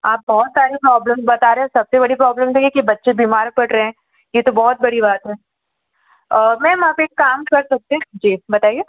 आप बहुत सारे प्रॉब्लम बता रहे हैं सबसे बड़ी प्रॉब्लम तो यह कि बच्चे बीमार पड़ रहे हैं ये तो बहुत बड़ी बात है मैम आप एक काम कर सकते हैं जी बताइए